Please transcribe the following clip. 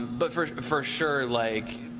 but for for sure like,